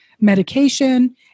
medication